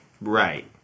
Right